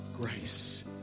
grace